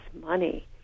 money